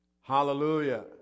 Hallelujah